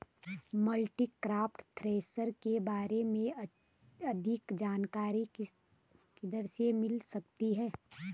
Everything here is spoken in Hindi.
मल्टीक्रॉप थ्रेशर के बारे में अधिक जानकारी किधर से मिल सकती है?